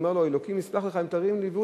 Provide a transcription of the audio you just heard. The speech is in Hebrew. והוא אומר לו: אלוקים יסלח לך אם תרים לי טלפון,